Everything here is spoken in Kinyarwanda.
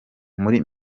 muri